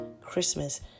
Christmas